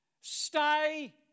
Stay